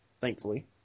thankfully